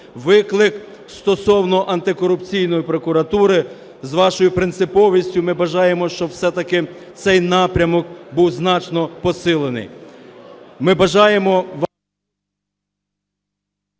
Виклик стосовно Антикорупційної прокуратури, з вашою принциповістю, ми бажаємо, щоб все-таки цей напрямок був значно посилений.